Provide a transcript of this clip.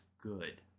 good